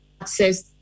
access